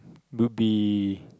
would be